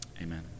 Amen